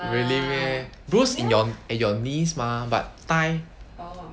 really meh bruise in your at your knees mah but thigh